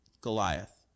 Goliath